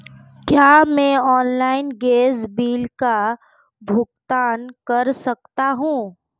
क्या मैं online gas bill का भुगतान कर सकता हूँ?